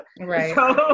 right